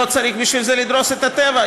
לא צריך בשביל זה לדרוס את הטבע.